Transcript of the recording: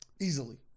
easily